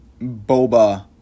Boba